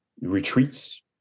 retreats